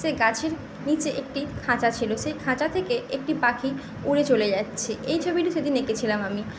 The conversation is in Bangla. সেই গাছের নিচে একটি খাঁচা ছিল সেই খাঁচা থেকে একটি পাখি উড়ে চলে যাচ্ছে এই ছবিটি সেদিন এঁকেছিলাম আমি